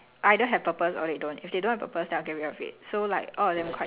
ya but I quite I consider myself quite minimalistic like all my things